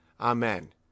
Amen